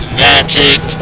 magic